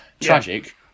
Tragic